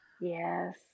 yes